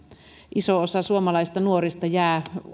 iso osa suomalaisista nuorista jää